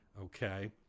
okay